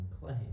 claim